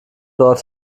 dort